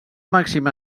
màxima